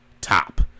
top